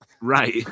Right